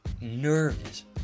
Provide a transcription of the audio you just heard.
nervous